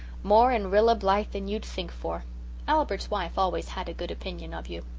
more in rilla blythe than you'd think for albert's wife always had a good opinion of you.